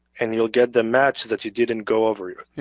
and you'll get the match that you didn't go over